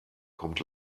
kommt